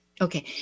Okay